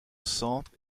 centre